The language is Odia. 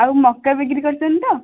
ଆଉ ମକା ବିକ୍ରି କରୁଛନ୍ତି ତ